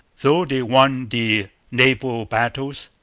though they won the naval battles,